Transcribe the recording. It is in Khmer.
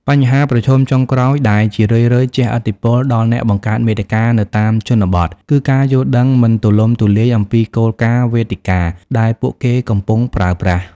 បញ្ហាប្រឈមចុងក្រោយដែលជារឿយៗជះឥទ្ធិពលដល់អ្នកបង្កើតមាតិកានៅតាមជនបទ គឺ ការយល់ដឹងមិនទូលំទូលាយអំពីគោលការណ៍វេទិកាដែលពួកគេកំពុងប្រើប្រាស់។